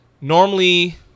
normally